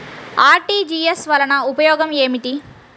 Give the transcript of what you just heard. RTGS వలన ఉపయోగం ఏమిటీ?